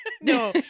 No